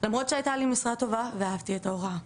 למרות שהייתה לי משרה טובה ואהבתי את ההוראה.